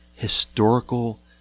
historical